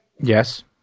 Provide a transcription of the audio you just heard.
yes